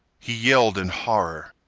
he yelled in horror.